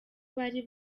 bari